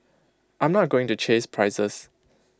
I'm not going to chase prices